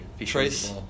Trace